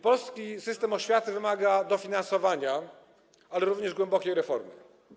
Polski system oświaty wymaga dofinansowania, ale również głębokiej reformy.